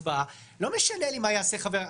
הצבעה לא משנה לי מה יעשה חבר כנסת אחר.